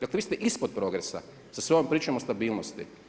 Dakle, vi ste ispod progresa sa svojom pričom o stabilnosti.